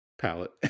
palette